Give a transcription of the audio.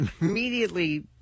immediately